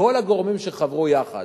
כל הגורמים שחברו יחד.